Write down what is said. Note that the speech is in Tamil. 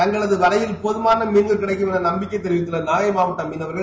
தங்களது வலையில் போதமான மீன்கள் கிடைக்கும் என நம்பிக்கை தெரிவித்தள்ள நாகை மாவட்ட மீனவர்கள்